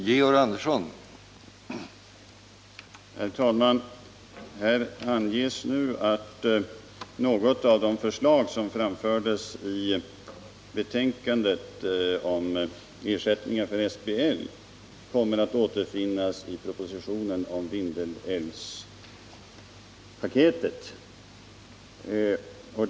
Herr talman! Här anges nu att något av de förslag som framfördes i betänkandet om ersättningen för SBL kommer att återfinnas i propositionen om Vindelälvspaketet.